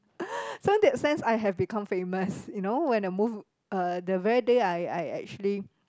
so in that sense I have become famous you know when I move uh the very day I I actually